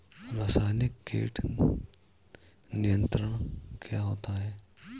रसायनिक कीट नियंत्रण क्या होता है?